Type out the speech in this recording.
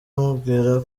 amubwira